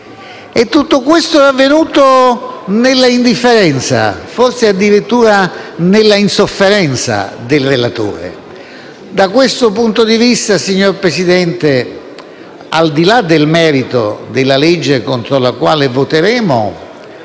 tutto questo è avvenuto nell'indifferenza, forse addirittura nella insofferenza del relatore e da questo punto di vista, signor Presidente, al di là del merito del provvedimento contro il quale voteremo,